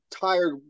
tired